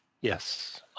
yes